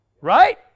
Right